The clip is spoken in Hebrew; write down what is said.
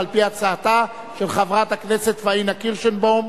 ועל-פי הצעתה של חברת הכנסת פניה קירשנבאום.